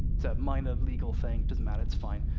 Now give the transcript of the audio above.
it's a minor legal thing, doesn't matter, it's fine.